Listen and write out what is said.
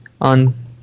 on